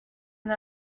and